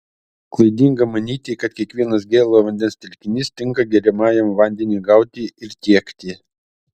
klaidinga manyti kad kiekvienas gėlo vandens telkinys tinka geriamajam vandeniui gauti ir tiekti